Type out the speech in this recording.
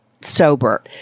sober